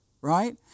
right